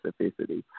specificity